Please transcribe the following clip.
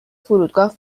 فرودگاه